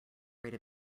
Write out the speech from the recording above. rate